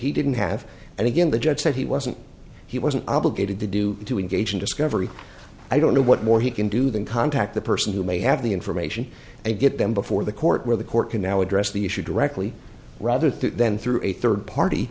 he didn't have and again the judge said he wasn't he wasn't obligated to do to engage in discovery i don't know what more he can do than contact the person who may have the information and get them before the court where the court can now address the issue directly rather than through a third party